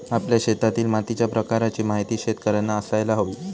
आपल्या शेतातील मातीच्या प्रकाराची माहिती शेतकर्यांना असायला हवी